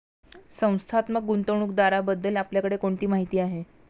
संस्थात्मक गुंतवणूकदाराबद्दल आपल्याकडे कोणती माहिती आहे?